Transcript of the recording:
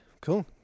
Cool